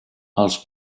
els